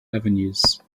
avenues